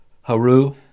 Haru